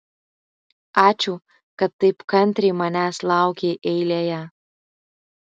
ačiū kad taip kantriai manęs laukei eilėje